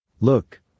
Look